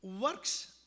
Works